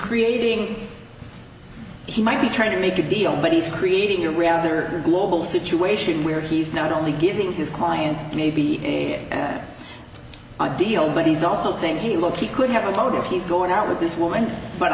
creating he might be trying to make a deal but he's creating a real there global situation where he's not only giving his client may be ideal but he's also saying he looked he could have a problem if he's going out with this woman but